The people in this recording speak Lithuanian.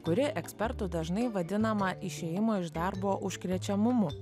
kuri ekspertų dažnai vadinama išėjimo iš darbo užkrečiamumu